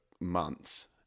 months